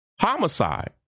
homicide